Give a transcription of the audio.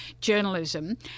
journalism